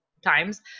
times